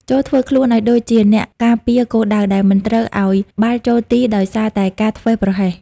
ចូរធ្វើខ្លួនឱ្យដូចជាអ្នកការពារគោលដៅ ដែលមិនត្រូវឱ្យបាល់ចូលទីដោយសារតែការធ្វេសប្រហែស។